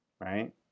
right